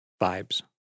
vibes